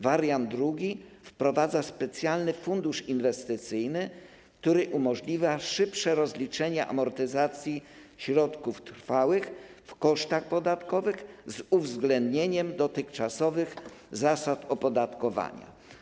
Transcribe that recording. Wariant drugi wprowadza specjalny fundusz inwestycyjny, który umożliwia szybsze rozliczenia amortyzacji środków trwałych w kosztach podatkowych z uwzględnieniem dotychczasowych zasad opodatkowania.